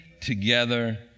together